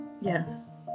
yes